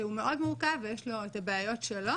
שהוא מאוד מורכב ויש לו את הבעיות שלו,